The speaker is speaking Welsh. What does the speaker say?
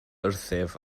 wrthyf